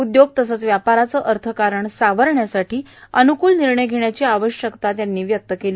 उद्योग तसंच व्यापाराचं अर्थकारण सावरण्यासाठी असेच अन्कूल निर्णय घेण्याची आवश्यकता त्यांनी व्यक्त केली